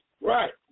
Right